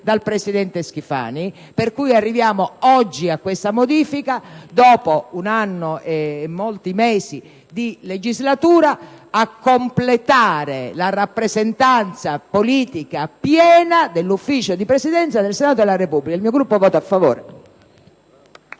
dal presidente Schifani), per cui arriviamo oggi con questa modifica, dopo un anno e molti mesi di legislatura, a completare la rappresentanza politica piena del Consiglio di Presidenza del Senato della Repubblica. Il mio Gruppo voterà a favore.